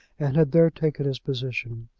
and had there taken his position.